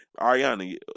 ariana